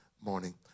morning